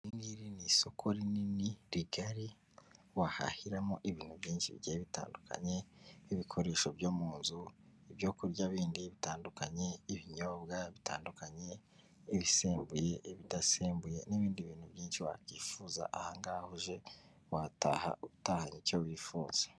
Iri ngiri ni isoko rinini rigari wahahiramo ibintu byinshi bigiye bitandukanye, ibikoresho byo mu nzu, ibyo kurya bindi bitandukanye, ibinyobwa bitandukanye, ibisembuye, ibidasembuye n'ibindi bintu byinshi wakifuza, aha ngaha uje wataha utahanye icyo wifuza.